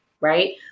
Right